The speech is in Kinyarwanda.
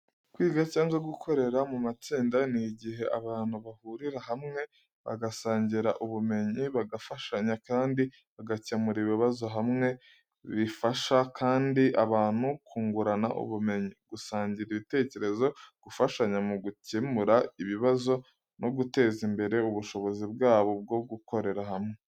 Kwiga cyangwa gukorera mu matsinda ni igihe abantu bahurira hamwe bagasangira ubumenyi, bagafashanya, kandi bagakemurira ibibazo hamwe, bifasha kandi abantu kungurana ubumenyi, gusangira ibitekerezo, gufashanya mu gukemura ibibazo, no guteza imbere ubushobozi bwabo bwo gukorera hamwe.